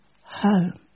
home